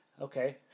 Okay